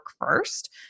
first